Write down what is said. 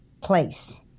place